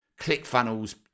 ClickFunnels